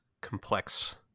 complex